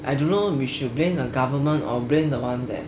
I don't know we should blame the government or blame the one that